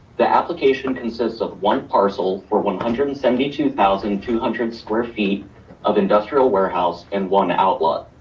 the application consists of one parcel for one hundred and seventy two thousand two hundred square feet of industrial warehouse and one outlet.